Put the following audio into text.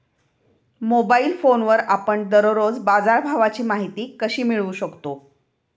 Mobile फोनवर आपण दररोज बाजारभावाची माहिती कशी मिळवू शकतो?